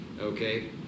okay